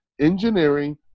engineering